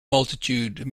multitude